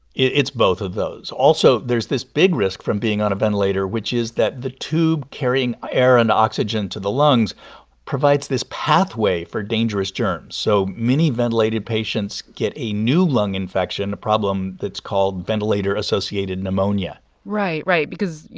it's both of those. also there's this big risk from being on a ventilator which is that the tube carrying air and oxygen to the lungs provides this pathway for dangerous germs. so many ventilated patients get a new lung infection, a problem that's called ventilator-associated pneumonia right, right, because,